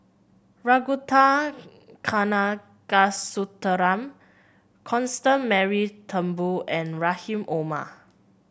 Ragunathar Kanagasuntheram Constance Mary Turnbull and Rahim Omar